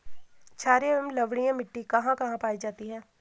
छारीय एवं लवणीय मिट्टी कहां कहां पायी जाती है?